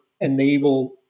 enable